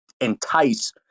entice